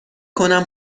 کنم